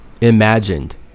imagined